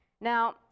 Now